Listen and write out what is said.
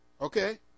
Okay